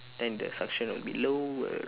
and the suction will be lower